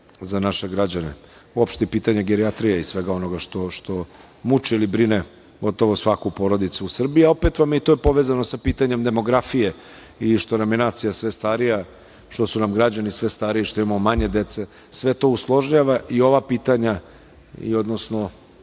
za naše građane, uopšte pitanje gerijatrije i svega onoga što muče ili brine pogotovo svaku porodicu u Srbiji i opet vam je to povezano sa pitanjem demografije i što nam je nacija sve starija, što su nam građani sve stariji, što imamo manje dece, sve to usložnjava i ova pitanja i ove